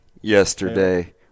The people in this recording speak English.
yesterday